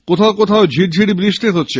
কোথাও কোথাও ঝিরি ঝিরি বৃষ্টি হচ্ছে